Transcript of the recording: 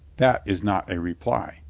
that is not a reply,